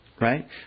Right